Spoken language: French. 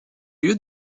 lieu